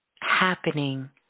happening